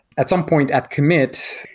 at some point at commit,